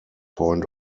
point